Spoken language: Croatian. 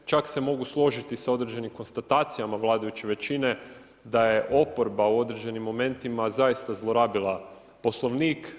Čak se mogu složiti s određenim konstatacijama vladajuće većine da je oporba u određenim momentima zaista zlorabila Poslovnik.